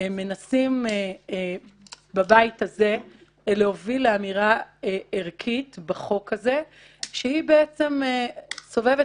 מנסים בבית הזה להוביל לאמירה ערכית בחוק הזה שהיא בעצם סובבת